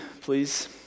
please